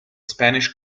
spanish